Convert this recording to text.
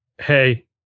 hey